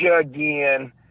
again